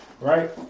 right